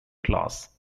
class